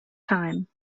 time